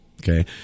okay